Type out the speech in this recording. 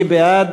מי בעד?